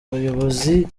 abayobozi